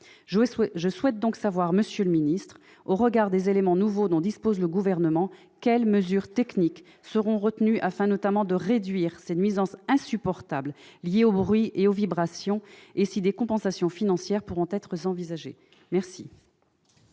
Je souhaite donc savoir, monsieur le secrétaire d'État, au regard des éléments nouveaux dont dispose le Gouvernement, quelles mesures techniques seront retenues afin notamment de réduire les nuisances insupportables liées au bruit et aux vibrations, et si des compensations financières peuvent être envisagées. La